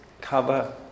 cover